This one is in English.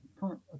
current